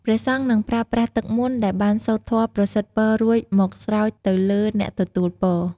ព្រះសង្ឃនឹងប្រើប្រាស់ទឹកមន្តដែលបានសូត្រធម៌ប្រសិទ្ធពររួចមកស្រោចទៅលើអ្នកទទួលពរ។